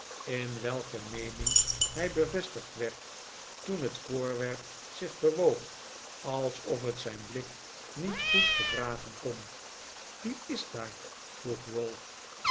in welke meening hij bevestigd werd toen het voorwerp zich bewoog alsof het zijn blik niet goed verdragen kon wie is dat daar vroeg